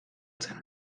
zen